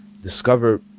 discover